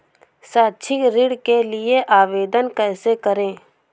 शैक्षिक ऋण के लिए आवेदन कैसे करें?